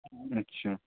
اچھا